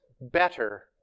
better